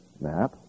map